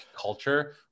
culture